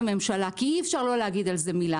הממשלה כי אי אפשר לא להגיד על זה מילה.